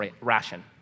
ration